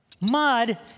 mud